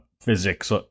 physics